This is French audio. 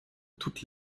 toutes